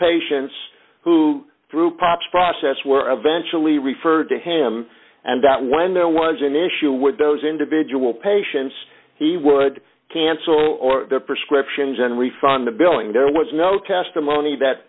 patients who through pops process were eventually referred to him and that when there was an issue with those individual patients he would cancel their prescriptions and refund the billing there was no testimony that